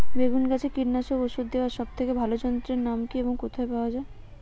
বেগুন গাছে কীটনাশক ওষুধ দেওয়ার সব থেকে ভালো যন্ত্রের নাম কি এবং কোথায় পাওয়া যায়?